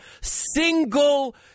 single